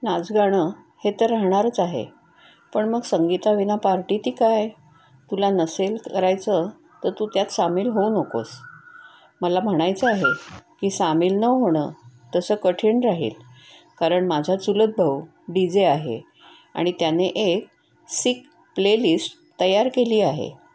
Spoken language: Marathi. नाचगाणं हे तर राहणारच आहे पण मग संगीताविना पार्टी ती काय तुला नसेल करायचं तर तू त्यात सामील होऊ नकोस मला म्हणायचं आहे की सामील न होणं तसं कठीण राहील कारण माझा चुलत भाऊ डी जे आहे आणि त्याने एक सीक प्लेलिस्ट तयार केली आहे